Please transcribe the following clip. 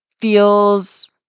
feels